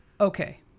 Okay